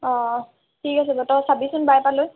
অঁ ঠিক আছে বাৰু তই চাবিচোন বাৰ পৰা লৈ